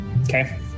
Okay